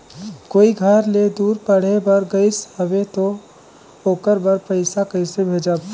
कोई घर ले दूर पढ़े बर गाईस हवे तो ओकर बर पइसा कइसे भेजब?